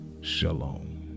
Shalom